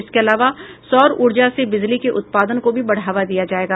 इसके अलावा सौर ऊर्जा से बिजली के उत्पादन को भी बढ़ावा दिया जायेगा